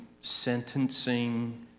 sentencing